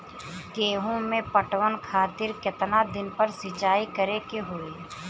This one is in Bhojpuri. गेहूं में पटवन खातिर केतना दिन पर सिंचाई करें के होई?